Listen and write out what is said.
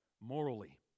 Morally